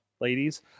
ladies